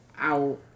out